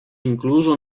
incluso